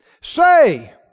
say